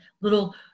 little